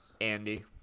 Andy